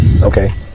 Okay